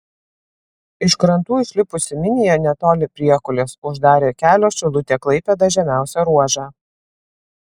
iš krantų išlipusi minija netoli priekulės uždarė kelio šilutė klaipėda žemiausią ruožą